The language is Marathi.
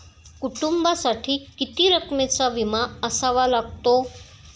कुटुंबासाठी किती रकमेचा विमा असावा लागतो?